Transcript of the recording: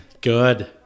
Good